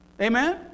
Amen